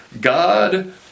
God